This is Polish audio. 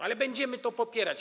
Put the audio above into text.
Ale będziemy to popierać.